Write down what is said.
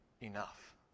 Enough